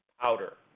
powder